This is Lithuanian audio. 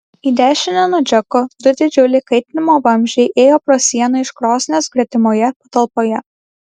į dešinę nuo džeko du didžiuliai kaitinimo vamzdžiai ėjo pro sieną iš krosnies gretimoje patalpoje